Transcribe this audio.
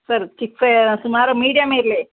sir ಸುಮಾರು medium ಇರಲಿ